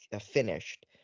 finished